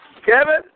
Kevin